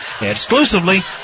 exclusively